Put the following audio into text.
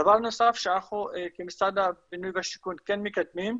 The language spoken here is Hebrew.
דבר נוסף שאנחנו כמשרד הבינוי והשיכון כן מקדמים,